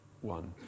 One